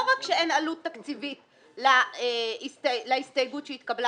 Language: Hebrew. לא רק שאין עלות תקציבית להסתייגות שהתקבלה